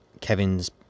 Kevin's